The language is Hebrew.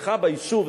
אצלך ביישוב,